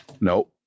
no